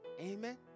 Amen